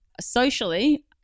Socially